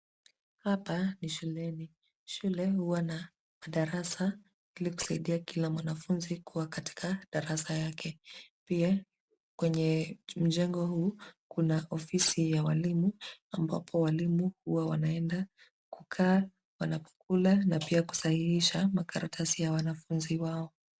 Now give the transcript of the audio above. Hapa ni shuleni. Shule huwa na madarasa ilikusaidia kila mwanafunzi kuwa katika darasa yake. Pia kwenye mjengo huu kuna ofisi ya walimu, ambapo walimu huwa wanaenda kukaa wanapokula na pia kusahihisha makaratasi ya wanafunzi wao.